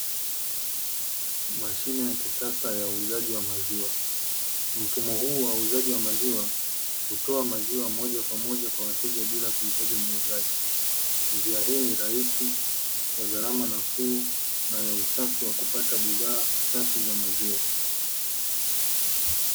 Mashine ya kisasa ya uuzaji wa maziwa. Mfumo huu wa kisasa wa maziwa hutoa maziwa moja kwa moja kwa wateja bila kuhitaji muuzaji, njia hii ni rahisi na gharama nafuu na ya usafi wa kupata bidhaa safi ya maziwa.